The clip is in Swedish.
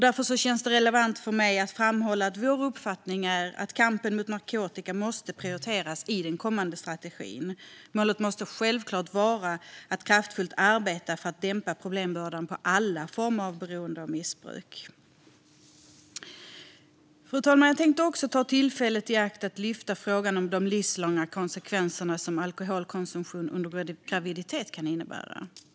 Därför känns det relevant för mig att framhålla att vår uppfattning är att kampen mot narkotika måste prioriteras i den kommande strategin. Målet måste självklart vara att kraftfullt arbeta för att dämpa problembördan av alla former av beroenden och missbruk. Fru talman! Jag tänkte också ta tillfället i akt att lyfta fram frågan om de livslånga konsekvenser som alkoholkonsumtion under graviditet kan innebära.